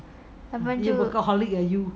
you workaholic leh you